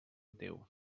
teu